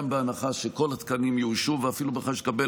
גם בהנחה שכל התקנים יאוישו ואפילו בכלל שנקבל